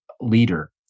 leader